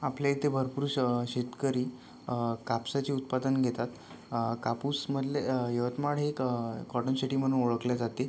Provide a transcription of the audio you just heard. आपल्या इथे भरपूर शं शेतकरी कापसाचे उत्पादन घेतात कापूसमधले यवतमाळ हे एक कॉटन शेटी म्हणून ओळखले जाते